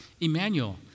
Emmanuel